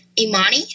Imani